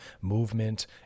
movement